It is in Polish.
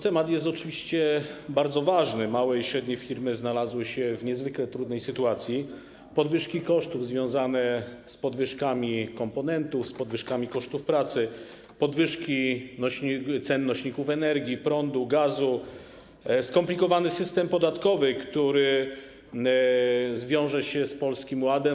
Temat jest oczywiście bardzo ważny, małe i średnie firmy znalazły się w niezwykle trudnej sytuacji - podwyżki kosztów związane z podwyżkami komponentów, z podwyżkami kosztów pracy, podwyżki cen nośników energii, prądu, gazu, skomplikowany system podatkowy, który wiąże się z Polskim Ładem.